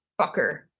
fucker